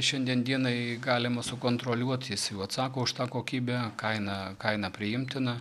šiandien dienai galima sukontroliuot jis jau atsako už tą kokybę kaina kaina priimtina